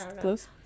close